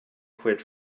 quid